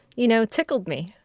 you know, tickled me.